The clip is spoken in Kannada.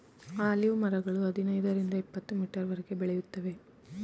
ಆಲೀವ್ ಮರಗಳು ಹದಿನೈದರಿಂದ ಇಪತ್ತುಮೀಟರ್ವರೆಗೆ ಬೆಳೆಯುತ್ತವೆ